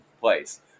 place